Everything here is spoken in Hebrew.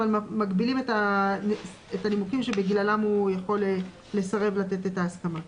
אבל מגבילים את הנימוקים שבגללם הוא יכול לסרב לתת את ההסכמה.